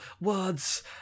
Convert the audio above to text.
words